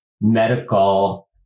medical